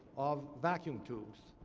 of vacuum tubes.